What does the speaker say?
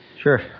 Sure